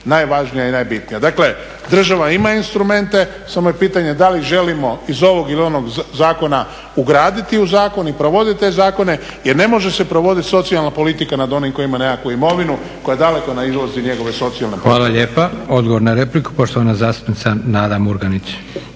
najvažnija i najbitnija. Dakle, država ima instrumente samo je pitanje da li želimo iz ovog ili onog zakona ugraditi u zakon i provoditi te zakone jer ne može se provoditi socijalna politika nad onim tko ima nekakvu imovinu koja je daleko nadilazi njegove socijalne …